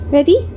Ready